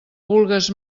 vulgues